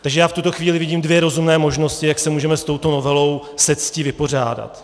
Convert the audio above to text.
Takže já v tuto chvíli vidím dvě rozumné možnosti, jak se můžeme s touto novelou se ctí vypořádat.